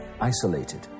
isolated